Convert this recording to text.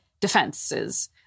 defenses